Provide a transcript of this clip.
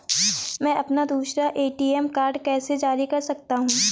मैं अपना दूसरा ए.टी.एम कार्ड कैसे जारी कर सकता हूँ?